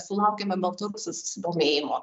sulaukiame baltarusių susidomėjimo